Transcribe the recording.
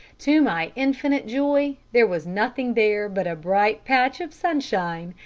to my infinite joy there was nothing there but a bright patch of sunshine,